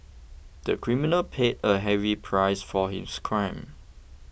the criminal paid a heavy price for his crime